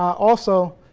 also.